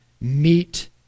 meet